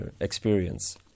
experience